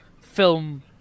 film